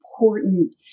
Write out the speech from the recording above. important